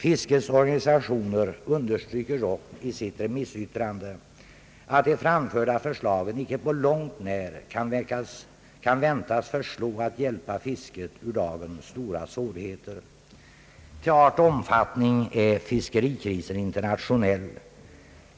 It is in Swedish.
Fiskets organisationer understryker dock i sitt remissyttrande att de framförda förslagen inte på långt när kan väntas förslå för att hjälpa fisket ur dess stora svårigheter. Till sin omfattning är fiskerikrisen internationell.